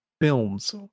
films